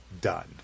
done